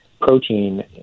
protein